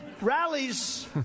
rallies